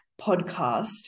podcast